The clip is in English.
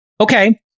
okay